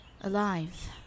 Alive